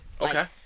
Okay